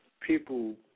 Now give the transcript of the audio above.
people